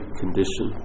condition